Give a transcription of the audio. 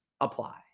apply